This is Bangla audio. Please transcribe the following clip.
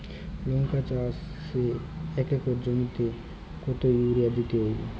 লংকা চাষে এক একর জমিতে কতো ইউরিয়া দিতে হবে?